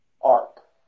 arc